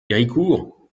héricourt